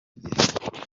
gihe